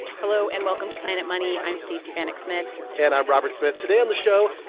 hello, and welcome to planet money. i'm stacey vanek smith and i'm robert smith. today on the show,